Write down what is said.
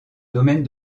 domaine